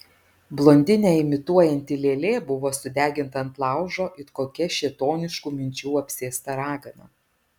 blondinę imituojanti lėlė buvo sudeginta ant laužo it kokia šėtoniškų minčių apsėsta ragana